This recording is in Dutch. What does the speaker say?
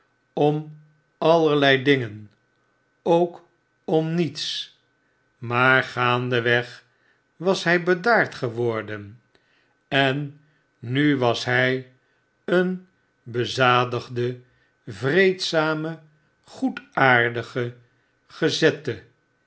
om allerlei dingen ook om niets maar gaandeweg was hg bedaard geworden en nu was hy een bezadigde vreedzame goedaardige gezette